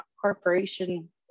corporation